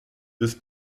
this